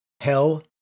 hell